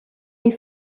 les